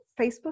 Facebook